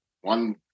one